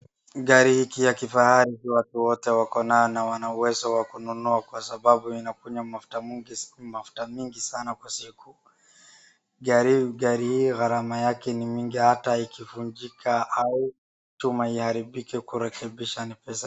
Gari hiki ya kifahari si watu wote wako nayo na wanauwezo wa kununua kwa sababu inakunywa mafuta mingi sana kwa siku .Gari hii gharama yake ni mingi hata ikivunjika haiwezi tuma iharibike kurekebisha ni pesa mingi.